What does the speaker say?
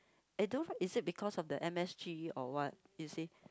and those is it because of the M_S_G or what he said